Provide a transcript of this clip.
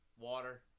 Water